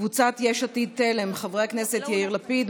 קבוצת סיעת יש עתיד-תל"ם: חברי הכנסת יאיר לפיד,